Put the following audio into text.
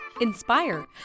inspire